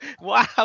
wow